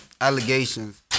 Allegations